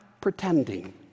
pretending